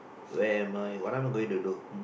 when my what am I going to do